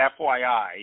FYI